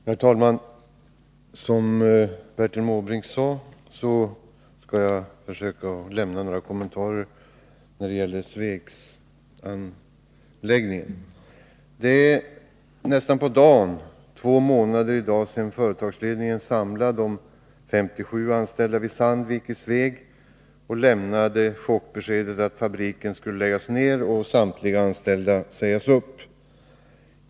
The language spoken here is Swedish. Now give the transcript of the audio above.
Herr talman! Som Bertil Måbrink sade skall jag försöka lämna några kommentarer när det gäller anläggningen i Sveg. I dag är det nästan på dagen två månader sedan företagsledningen samlade de 57 anställda vid Sandvik AB i Sveg och lämnade chockbeskedet att fabriken skulle läggas ned och samtliga anställda sägas upp.